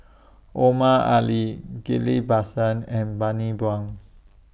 Omar Ali Ghillie BaSan and Bani Buang